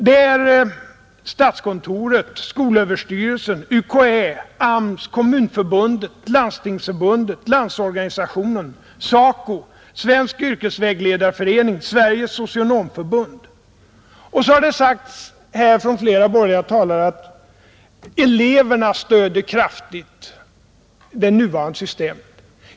Det är statskontoret, skolöverstyrelsen, UKÄ, AMS, Kommunförbundet, Landstingsförbundet, Landsorganisationen, SACO, Svensk yrkesvalslärarförening och Sveriges socionomförbund. Flera borgerliga talare har sagt att eleverna kraftigt stöder det nuvarande systemet.